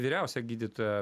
vyriausiojo gydytojo